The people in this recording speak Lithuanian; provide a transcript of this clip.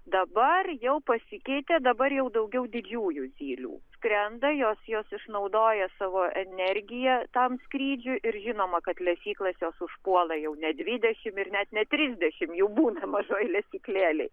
dabar jau pasikeitė dabar jau daugiau didžiųjų zylių skrenda jos jos išnaudoja savo energiją tam skrydžiui ir žinoma kad lesyklas jos užpuola jau ne dvidešimt ir net ne trisdešimt jų būna mažoj lesyklėlėj